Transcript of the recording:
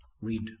read